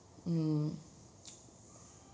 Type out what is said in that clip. mm